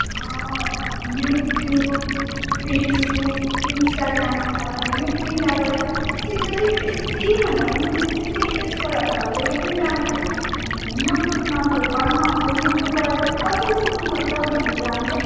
YouTube Facebook Instagram छ यो तिनटाबाट चाहिँ बेसिकल्ली बेसीभन्दा पनि बेसी चाहिँ यसबाट चल्छ यो तिनटामा चाहिँ युट्युब नम्बर वानमा आउँछ युट्युबबाट चाहिँ कसरी सिक्नु सक्छ भन्दाखेरि हामीले